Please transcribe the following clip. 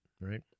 right